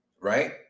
right